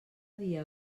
dia